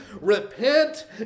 repent